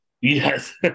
Yes